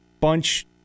bunch